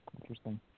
Interesting